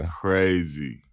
crazy